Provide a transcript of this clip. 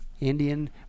Indian